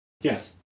Yes